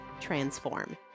transform